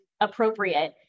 appropriate